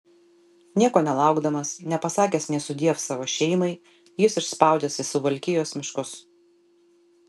nieko nelaukdamas nepasakęs nė sudiev savo šeimai jis išspaudęs į suvalkijos miškus